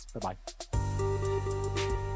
Bye-bye